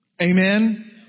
Amen